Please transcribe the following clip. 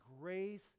grace